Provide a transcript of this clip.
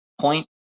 point